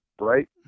Right